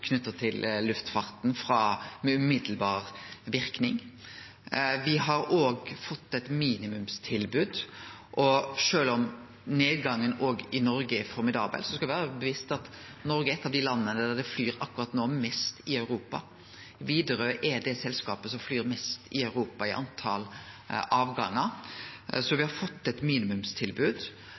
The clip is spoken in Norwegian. til luftfarten med direkte verknad. Me har òg fått eit minimumstilbod, og sjølv om nedgangen også i Noreg er formidabel, skal me vere bevisste på at Noreg er eit av dei landa der ein akkurat no flyg mest i Europa. Widerøe er det selskapet som flyg mest i Europa i talet på avgangar. Så me har fått eit